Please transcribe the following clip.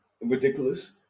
ridiculous